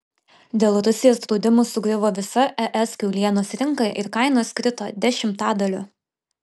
dėl rusijos draudimų sugriuvo visa es kiaulienos rinka ir kainos krito dešimtadaliu